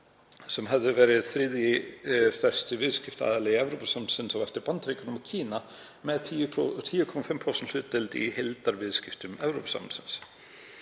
sem hefðu verið þriðji stærsti viðskiptaaðili Evrópusambandsins á eftir Bandaríkjunum og Kína með 10,5% hlutdeild í heildarviðskiptum Evrópusambandsins.